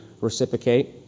reciprocate